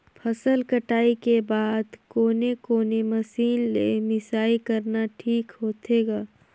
फसल कटाई के बाद कोने कोने मशीन ले मिसाई करना ठीक होथे ग?